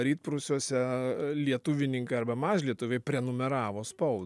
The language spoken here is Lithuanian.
rytprūsiuose lietuvininkai arba mažlietuviai prenumeravo spaudą